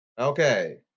Okay